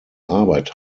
arbeit